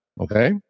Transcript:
Okay